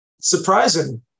Surprising